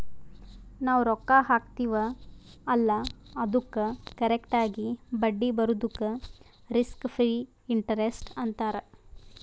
ನಾವ್ ರೊಕ್ಕಾ ಹಾಕ್ತಿವ್ ಅಲ್ಲಾ ಅದ್ದುಕ್ ಕರೆಕ್ಟ್ ಆಗಿ ಬಡ್ಡಿ ಬರದುಕ್ ರಿಸ್ಕ್ ಫ್ರೀ ಇಂಟರೆಸ್ಟ್ ಅಂತಾರ್